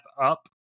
up